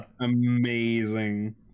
Amazing